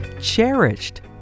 cherished